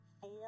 four